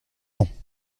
ans